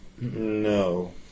No